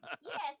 Yes